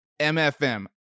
MFM